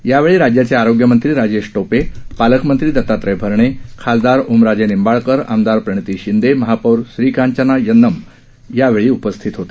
यावेळी राज्याचे आरोग्य मंत्री राजेश टोप पालकमंत्री दत्तात्रय भरणे खासदार ओमराजे निंबाळकर आमदार प्रणिती शिंदे महापौर श्रीकांचना यन्नम आदी यावेळी उपस्थित होते